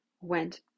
went